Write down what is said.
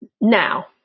Now